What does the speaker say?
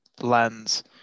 lens